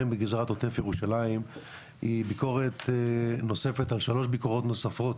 בגזרת עוטף ירושלים היא ביקורת נוספת על 3ביקורת נוספות